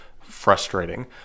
frustrating